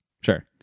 sure